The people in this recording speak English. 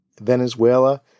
Venezuela